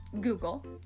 Google